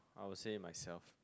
I would say myslef